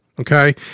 Okay